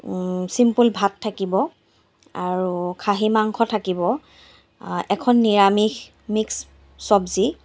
simple ভাত থাকিব আৰু খাহী মাংস থাকিব এখন নিৰামিষ মিক্স চবজি